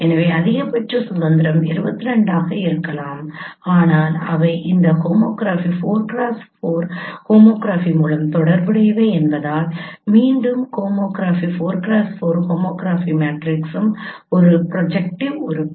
எனவே அதிகபட்ச சுதந்திரம் 22 ஆக இருக்கலாம் ஆனால் அவை இந்த ஹோமோகிராபி 4x4 ஹோமோகிராஃபி மூலம் தொடர்புடையவை என்பதால் மீண்டும் ஹோமோகிராஃப் 4x4 ஹோமோகிராபி மேட்ரிக்ஸும் ஒரு ப்ரொஜெக்ட்டிவ் உறுப்பு